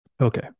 Okay